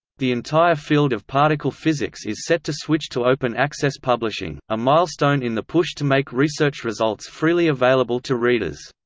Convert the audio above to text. the entire field of particle physics is set to switch to open-access publishing, a milestone in the push to make research results freely available to readers.